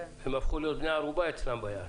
הם הפכו להיות בני ערובה אצלם ביד.